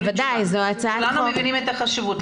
כולנו מבינים את החשיבות.